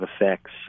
effects